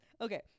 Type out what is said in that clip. Okay